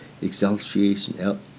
exaltation